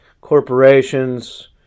corporations